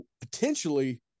potentially